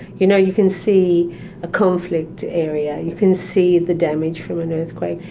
you know, you can see a conflict area, you can see the damage from an earthquake,